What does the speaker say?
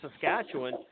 Saskatchewan